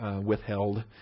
withheld